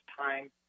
time